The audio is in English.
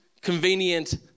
convenient